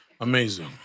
Amazing